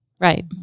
Right